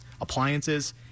appliances